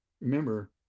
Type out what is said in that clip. Remember